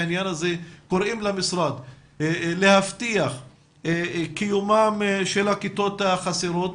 בעניין הזה קוראים למשרד להבטיח קיומם של הכיתות החסרות.